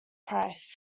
price